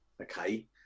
okay